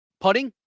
putting